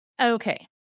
Okay